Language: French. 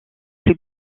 plus